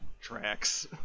tracks